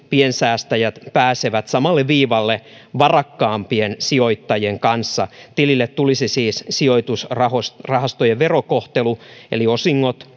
piensäästäjät pääsevät samalle viivalle varakkaampien sijoittajien kanssa tilille tulisi siis sijoitusrahastojen verokohtelu eli osingot